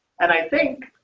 and i think,